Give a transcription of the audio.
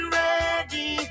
ready